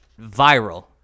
viral